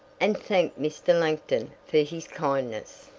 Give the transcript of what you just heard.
and thanked mr. langton for his kindness.